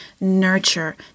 nurture